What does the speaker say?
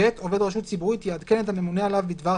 (ב)עובד רשות ציבורית יעדכן את הממונה עליו בדבר